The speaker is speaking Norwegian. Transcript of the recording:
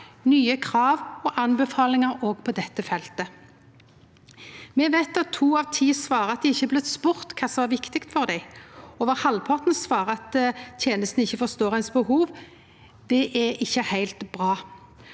nye krav og anbefalingar òg på dette feltet. Me veit at to av ti svarar at dei ikkje er blitt spurde om kva som er viktig for dei. Over halvparten svarar at tenestene ikkje forstår behova deira. Det er ikkje heilt bra.